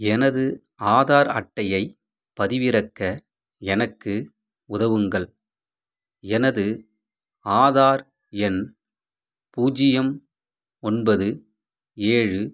எனது ஆதார் அட்டையைப் பதிவிறக்க எனக்கு உதவுங்கள் எனது ஆதார் எண் பூஜ்ஜியம் ஒன்பது ஏழு